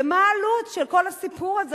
ומה העלות של כל הסיפור הזה?